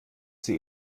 sie